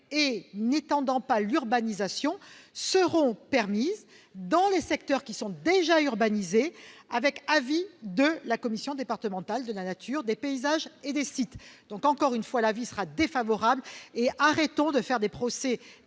et n'étendant pas l'urbanisation seront permises dans les secteurs qui sont déjà urbanisés avec avis de la commission départementale de la nature, des paysages et des sites. Arrêtons de faire des procès